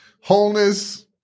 wholeness